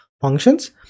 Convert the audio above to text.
functions